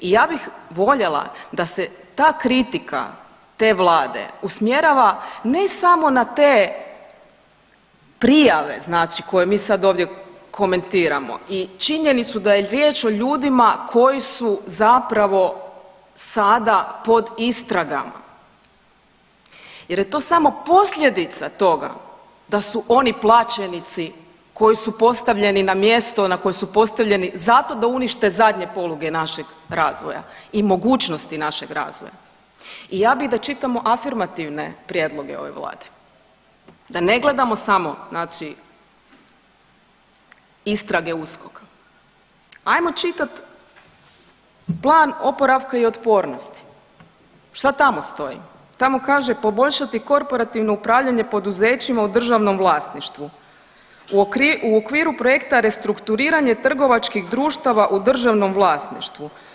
I ja bih voljela da se ta kritika te vlade usmjerava ne samo na te prijave koje mi sada ovdje komentiramo i činjenicu da je riječ o ljudima koji su zapravo sada pod istragama jer je to samo posljedica toga da su oni plaćenici koji su postavljeni na mjesto na koje su postavljeni zato da unište zadnje poluge našeg razvoja i mogućnosti našeg razvoja i ja bi da čitamo afirmativne prijedloge ove vlade, da ne gledamo samo istrage USKOK-a Ajmo čitat plan oporavka i otpornosti šta tamo stoji, tamo kaže poboljšati korporativno upravljanje poduzećima u državnom vlasništvu u okviru projekta restrukturiranje trgovačkih društava u državnom vlasništvu.